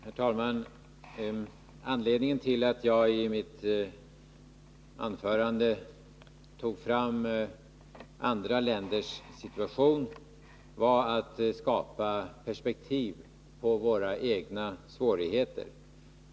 Herr talman! Anledningen till att jag i mitt anförande tog fram andra länders situation var att jag skulle skapa perspektiv på våra egna svårigheter.